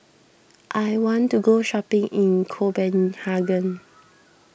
I want to go shopping in Copenhagen